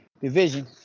division